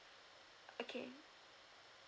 okay